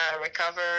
recover